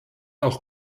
auch